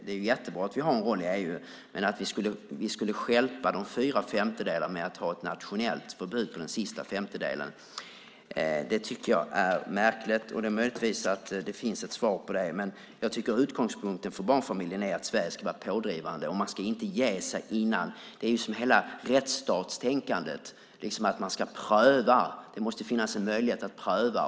Det är jättebra att vi har en roll i EU, men jag tycker att det är märkligt om vi skulle stjälpa de fyra femtedelarna med ett nationellt förbud för den sista femtedelen. Det är möjligt att det finns ett svar på det, men jag tycker att utgångspunkten för barnfamiljen är att Sverige ska vara pådrivande. Man ska inte ge sig innan. Det är hela rättsstatstänkandet, att man ska pröva, att det måste finnas en möjlighet att pröva.